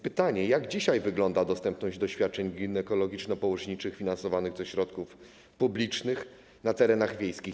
Pytanie: Jak dzisiaj wygląda dostępność do świadczeń ginekologiczno-położniczych finansowanych ze środków publicznych na terenach wiejskich?